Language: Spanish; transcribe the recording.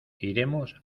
iremos